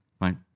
right